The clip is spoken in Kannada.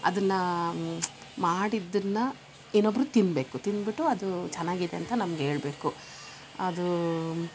ಅದನ್ನಾ ಮಾಡಿದ್ದುನ್ನ ಇನೊಬ್ಬರು ತಿನ್ನಬೇಕು ತಿಂದ್ಬಿಟ್ಟು ಅದು ಚೆನ್ನಾಗಿದೆ ಅಂತ ನಮ್ಗ ಹೇಳ್ಬೇಕು ಅದು